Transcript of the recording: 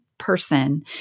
person